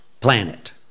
planet